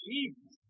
Jesus